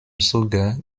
zuge